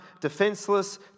defenseless